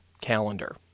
calendar